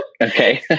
Okay